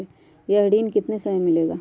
यह ऋण कितने समय मे मिलेगा?